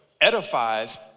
edifies